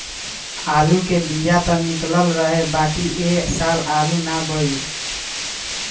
आलू के बिया त निकलल रहे बाकिर ए साल आलू ना बइठल